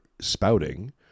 spouting